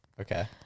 Okay